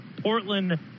Portland